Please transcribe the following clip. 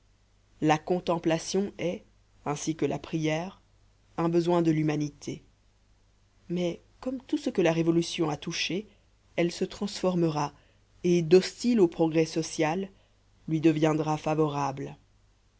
la contemplation est ainsi que la prière un besoin de l'humanité mais comme tout ce que la révolution a touché elle se transformera et d'hostile au progrès social lui deviendra favorable